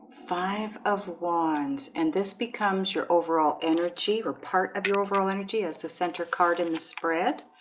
five of wands and this becomes your overall energy or part of your overall energy as the center card in the spread